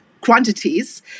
quantities